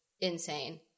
insane